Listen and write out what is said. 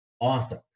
Awesome